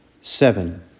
seven